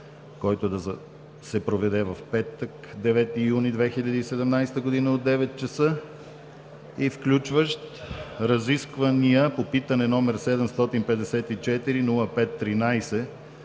който да се проведе в петък – 9 юни 2017 г. от 9,00 ч., включващ: - разисквания по питане № 754 05-13